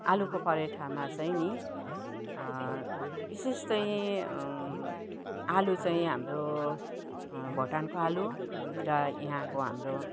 आलुको परठामा चाहिँ नि विशेष चाहिँ आलु चाहिँ हाम्रो भुटानको आलु र यहाँको हाम्रो